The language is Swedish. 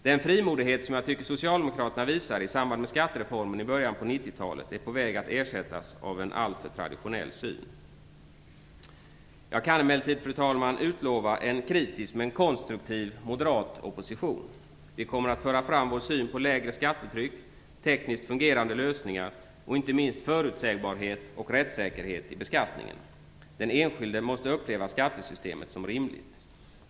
Den frimodighet, som jag tycker socialdemokraterna visade i samband med skattereformen i början på 90-talet, är på väg att ersättas av en alltför traditionell syn. Jag kan emellertid, fru talman, utlova en kritisk, men konstruktiv moderat opposition. Vi kommer att föra fram vår syn på lägre skattetryck, tekniskt fungerande lösningar och inte minst förutsägbarhet och rättssäkerhet i beskattningen. Den enskilde måste uppleva skattesystemet som rimligt.